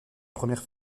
première